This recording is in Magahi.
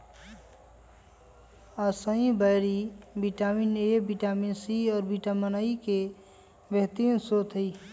असाई बैरी विटामिन ए, विटामिन सी, और विटामिनई के बेहतरीन स्त्रोत हई